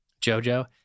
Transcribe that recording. Jojo